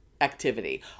activity